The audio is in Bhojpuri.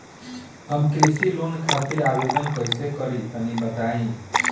हम कृषि लोन खातिर आवेदन कइसे करि तनि बताई?